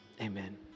Amen